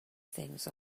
things